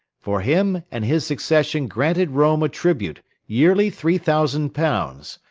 for him and his succession granted rome a tribute, yearly three thousand pounds,